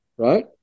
right